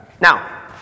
Now